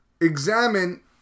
examine